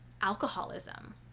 alcoholism